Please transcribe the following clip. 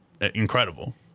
incredible